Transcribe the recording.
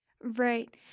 Right